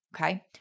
Okay